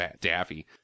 daffy